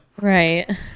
Right